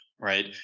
right